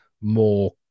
more